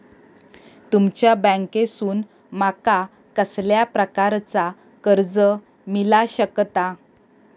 तुमच्या बँकेसून माका कसल्या प्रकारचा कर्ज मिला शकता?